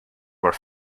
were